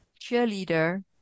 cheerleader